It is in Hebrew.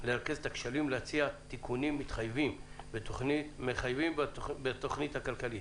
לרכז את הכשלים ולהציע תיקונים מחייבים בתוכנית הכלכלית.